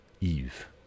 Eve